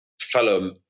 fellow